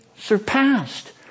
surpassed